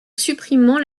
supprimant